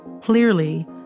Clearly